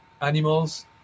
animals